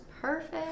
Perfect